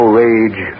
rage